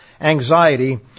anxiety